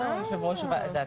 הכנסת.